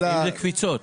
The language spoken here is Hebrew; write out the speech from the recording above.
אה, איזה קפיצות.